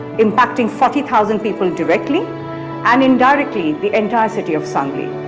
impacting forty thousand people directly and, indirectly, the entire city of sangli.